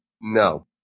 No